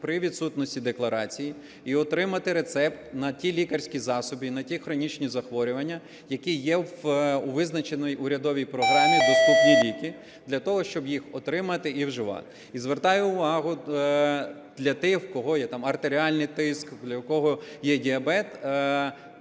при відсутності декларації, і отримати рецепт на ті лікарські засоби і на ті хронічні захворювання, які є у визначеній урядовій програмі "Доступні ліки", для того щоб їх отримати і вживати. І звертаю увагу, для тих, у кого є артеріальний тиск, у кого є діабет,